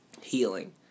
healing